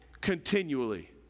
continually